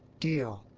deal!